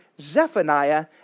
Zephaniah